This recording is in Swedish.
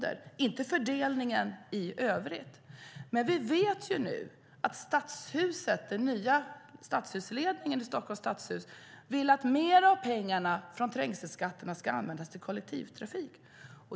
Det var inte beroende på fördelningen i övrigt. Vi vet nu att den nya ledningen i Stockholms stadshus vill att mer av pengarna från trängselskatterna ska användas till kollektivtrafik.